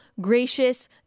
gracious